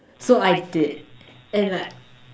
so I did and like